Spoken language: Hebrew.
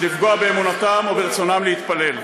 לפגוע באמונתם או ברצונם להתפלל.